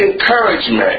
encouragement